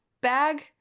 bag